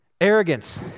Arrogance